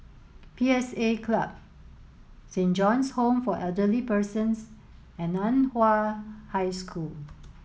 P S A Club Saint John's Home for Elderly Persons and Nan Hua High School